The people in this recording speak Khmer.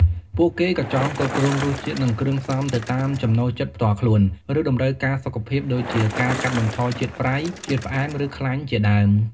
ពួកគេក៏ចង់ គ្រប់គ្រងរសជាតិ និងគ្រឿងផ្សំទៅតាមចំណូលចិត្តផ្ទាល់ខ្លួន ឬតម្រូវការសុខភាព ដូចជាការកាត់បន្ថយជាតិប្រៃ ជាតិផ្អែម ឬខ្លាញ់ជាដើម។